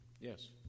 Yes